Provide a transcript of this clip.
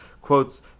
quotes